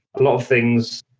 a lot of things,